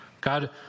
God